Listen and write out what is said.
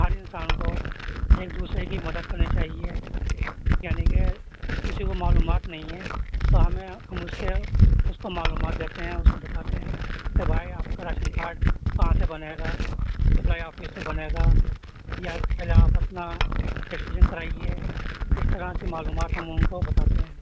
ہر انسان کو ایک دوسرے کی مدد کرنی چاہیے یعنی کہ کسی کو معلومات نہیں ہے تو ہمیں ہم اس کے اس کو معلومات دیتے ہیں اس کو بتاتے ہیں کہ بھائی آپ کا راشن کارڈ کہاں سے بنے گا سپلائی آفس سے بنے گا یا پہلے آپ اپنا رجسٹریشن کرائیے اس طرح کی معلومات ہم ان کو بتاتے ہیں